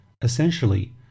Essentially